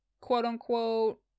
quote-unquote